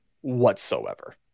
whatsoever